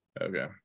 Okay